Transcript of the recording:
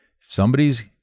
somebody's